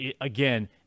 Again